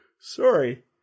Sorry